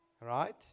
right